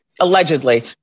Allegedly